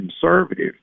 conservative